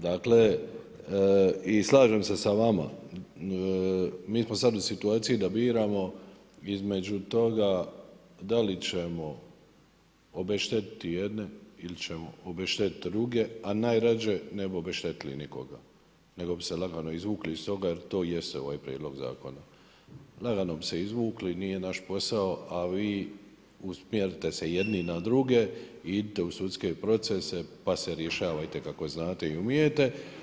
Dakle slažem se sa vama, mi smo sada u situaciji da biramo između toga da li ćemo obeštetiti jedne ili ćemo obeštetiti druge, a najrađe ne bi obeštetili nikoga nego bi se lagano izvukli iz toga jer to jeste ovaj prijedlog zakona. … bi se izvukli nije naš posao, a vi usmjerite se jedni na druge i idite u sudske procese pa se rješavajte kako znate i umijete.